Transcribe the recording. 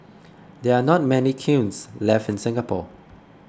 there are not many kilns left in Singapore